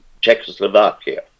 czechoslovakia